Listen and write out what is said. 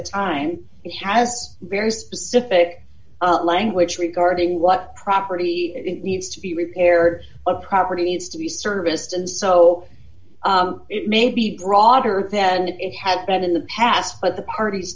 the time it has very specific language regarding what property needs to be repaired a property needs to be serviced and so it may be broader than it had been in the past but the parties